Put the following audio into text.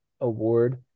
award